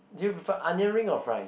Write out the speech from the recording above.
do you prefer onion ring or fries